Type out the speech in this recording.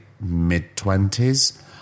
mid-twenties